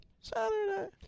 Saturday